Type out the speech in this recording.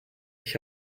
ich